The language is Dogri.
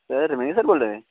सर रमेश सर बोला दे